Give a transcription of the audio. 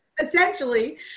Essentially